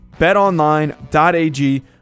betonline.ag